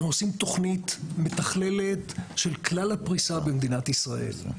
אנחנו עושים תוכנית מתכללת של כלל הפריסה במדינת ישראל.